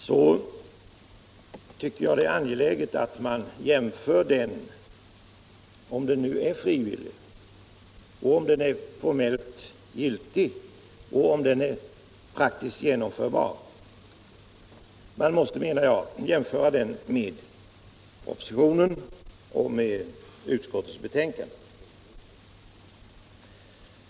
Jag tycker att det är angeläget att man jämför den frivilliga överenskommelsen — om den nu är frivillig, om den är formellt giltig och om den är praktiskt genomförbar — med propositionen och med utskottets betänkande.